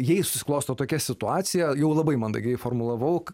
jei susiklosto tokia situacija jau labai mandagiai formulavau